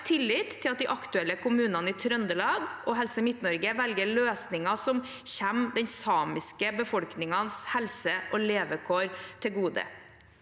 Jeg har tillit til at de aktuelle kommunene i Trøndelag og Helse Midt-Norge velger løsninger som kommer den samiske befolkningens helse og levekår til gode.